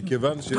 אתה